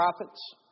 prophets